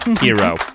hero